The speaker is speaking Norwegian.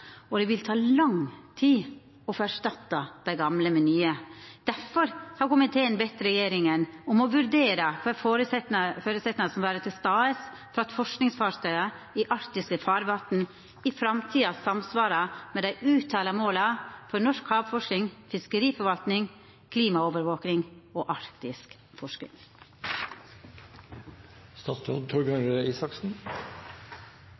og det vil ta lang tid å få erstatta dei gamle med nye. Derfor har komiteen bede regjeringa om å vurdera kva føresetnader som må vera til stades for at forskingsfartøya i arktiske farvatn i framtida samsvarar med dei uttalte måla for norsk havforsking, fiskeriforvalting, klimaovervaking og arktisk